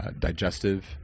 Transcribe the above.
digestive